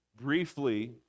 briefly